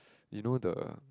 you know the